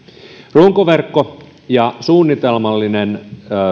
runkoverkko ja suunnitelmallinen